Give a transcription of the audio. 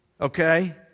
Okay